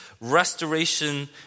restoration